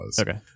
Okay